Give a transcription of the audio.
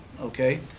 okay